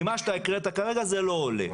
ממה שאתה הקראת כרגע זה לא עולה.